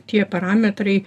tie parametrai